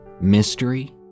mystery